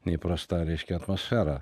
neįprasta reiškia atmosfera